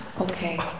Okay